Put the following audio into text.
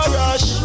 rush